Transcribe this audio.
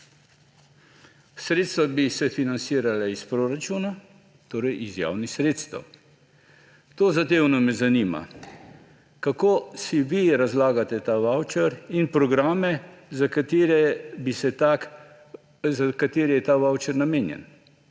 Sredstva bi se financirala iz proračuna, torej iz javnih sredstev. Tozadevno me zanima: Kako si vi razlagate ta vavčer in programe, za katere je ta vavčer namenjen?